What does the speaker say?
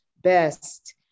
best